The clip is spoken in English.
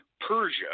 Persia